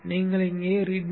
எனவே நீங்கள் இங்கே readme